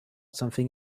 something